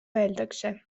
öeldakse